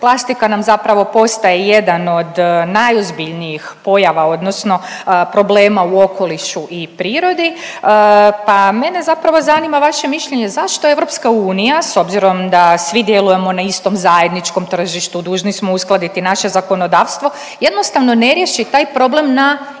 Plastika nam zapravo postaje jedan od najozbiljnijih pojava odnosno problema u okolišu i prirodi, pa mene zapravo zanima vaše mišljenje, zašto EU s obzirom da svi djelujemo na istom zajedničkom tržištu, dužni smo uskladiti naše zakonodavstvo, jednostavno ne riješi taj problem na izvorištu,